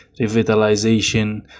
revitalization